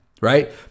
right